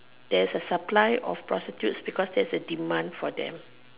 there's a supply of prostitutes because there is a demand for them